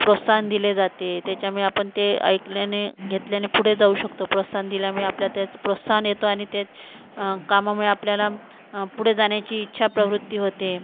प्रोत्साहन दिले जाते त्याच्यामुळे आपण ते ऐकल्याने घेतल्याने पुढे जाऊ शकतो प्रोत्साहन दिल्यामुळे आपल्यात ते प्रोत्साहन येतो आणि ते कामामुळे आपल्याला पुढे जाण्याची इच्छा प्रवृत्ती होते